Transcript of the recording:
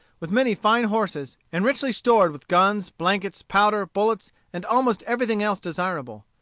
with many fine horses, and richly stored with guns, blankets, powder, bullets, and almost everything else desirable.